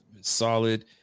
solid